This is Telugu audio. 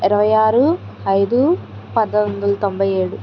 ఇరవై ఆరు ఐదు పంతొమ్మిదొందల తొంభై ఏడు